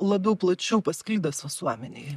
labiau plačiau pasklidęs visuomenėj